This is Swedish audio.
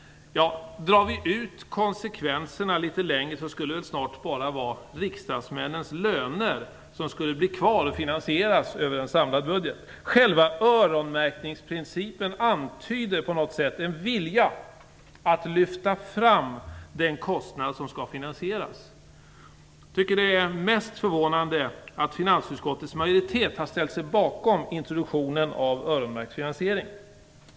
Drar vi ut konsekvenserna litet längre skulle det väl snart bara vara riksdagsmännens löner som skulle finansieras över en samlad budget. Själva öronmärkningsprincipen antyder på något sätt en vilja att lyfta fram den kostnad som skall finansieras. Det mest förvånande är att finansutskottets majoritet ställt sig bakom introduktionen av öronmärkt finansiering.